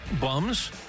Bums